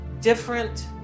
different